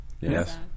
Yes